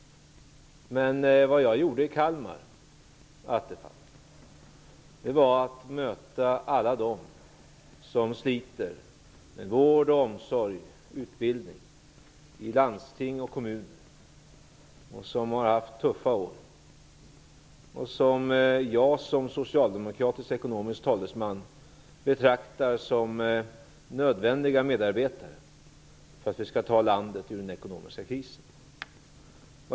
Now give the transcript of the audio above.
Men det jag gjorde i Kalmar, Attefall, var att möta alla dem som sliter med vård och omsorg och med utbildning i landsting och i kommuner. De har haft tuffa år. Jag, som socialdemokratisk ekonomisk talesman, betraktar dem som nödvändiga medarbetare för att landet skall kunna tas ur den ekonomiska krisen.